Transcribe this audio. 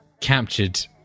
captured